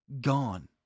gone